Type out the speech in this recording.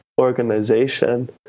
organization